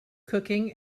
cooking